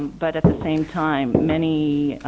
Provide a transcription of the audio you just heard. but at the same time many